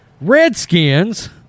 Redskins